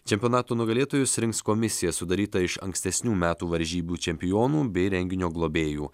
čempionato nugalėtojus rinks komisija sudaryta iš ankstesnių metų varžybų čempionų bei renginio globėjų